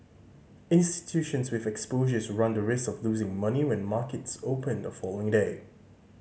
institutions with exposures run the risk of losing money when markets open the following day